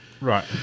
Right